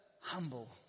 humble